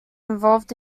involved